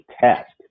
test